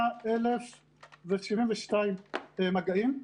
78,072 מגעים.